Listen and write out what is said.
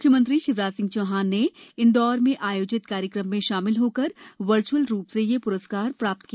म्ख्यमंत्री श्री शिवराजसिंह चौहान ने इंदौर में आयोजित कार्यक्रम में शामिल होकर वर्च्अल रूप से यह प्रस्कार प्राप्त किया